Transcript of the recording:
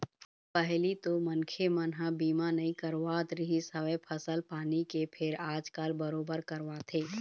पहिली तो मनखे मन ह बीमा नइ करवात रिहिस हवय फसल पानी के फेर आजकल बरोबर करवाथे